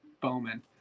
Bowman